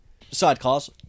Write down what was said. Sidecars